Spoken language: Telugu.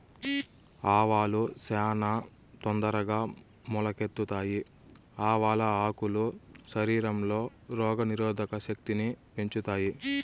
ఆవాలు చానా తొందరగా మొలకెత్తుతాయి, ఆవాల ఆకులు శరీరంలో రోగ నిరోధక శక్తిని పెంచుతాయి